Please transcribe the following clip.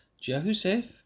Joseph